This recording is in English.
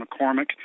McCormick